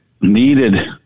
needed